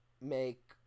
make